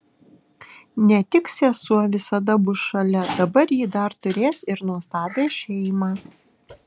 ne tik sesuo visada bus šalia dabar ji dar turės ir nuostabią šeimą